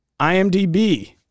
IMDb